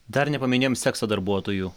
dar nepaminėjom sekso darbuotojų